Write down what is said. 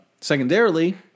Secondarily